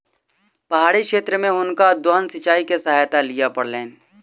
पहाड़ी क्षेत्र में हुनका उद्वहन सिचाई के सहायता लिअ पड़लैन